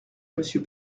monsieur